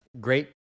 Great